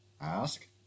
ask